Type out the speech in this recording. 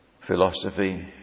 philosophy